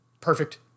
perfect